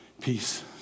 peace